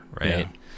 Right